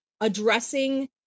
addressing